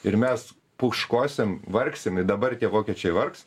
ir mes pūškuosim vargsim ir dabar tie vokiečiai vargs